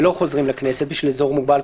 ולא חוזרים לכנסת בשביל אזור מוגבל.